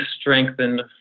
strengthened